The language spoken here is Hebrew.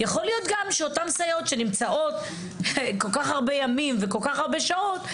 יכול להיות גם שאותן סייעות שנמצאות כל כך הרבה ימים וכל כך הרבה שעות,